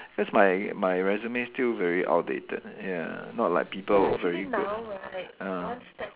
cause my my resume still very outdated ya not like people very good ah ah